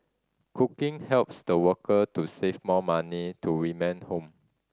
cooking helps the worker to save more money to remit home